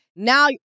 Now